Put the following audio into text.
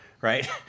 Right